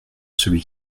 celui